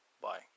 Bye